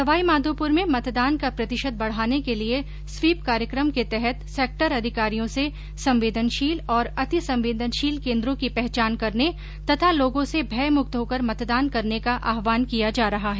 सवाईमाधोपुर में मतदान का प्रतिशत बढ़ाने के लिए स्वीप कार्यकम के तहत सैक्टर अधिकारियों से संवेदनशील और अतिसंवेदनशील केन्द्रों की पहचान करने तथा लोगों से भयमुक्त होकर मतदान करने का आह्वान किया जा रहा है